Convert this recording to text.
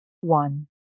one